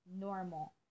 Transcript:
normal